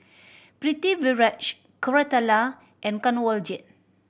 Pritiviraj Koratala and Kanwaljit